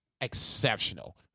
exceptional